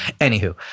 anywho